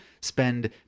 spend